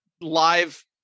live